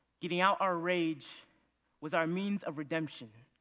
giving out our rage was our means of redemption.